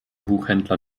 buchhändler